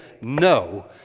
no